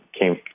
came